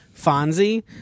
Fonzie